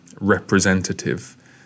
representative